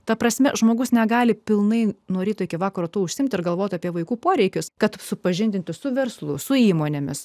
ta prasme žmogus negali pilnai nuo ryto iki vakaro tuo užsiimti ir galvoti apie vaikų poreikius kad supažindinti su verslu su įmonėmis